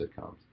sitcoms